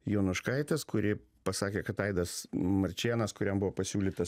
jonuškaitės kuri pasakė kad aidas marčėnas kuriam buvo pasiūlyta